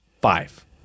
five